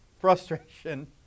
frustration